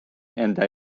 enda